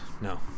No